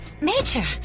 Major